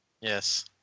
Yes